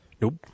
Nope